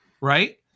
right